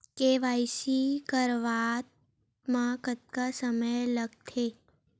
KYC करवात म कतका समय लगथे?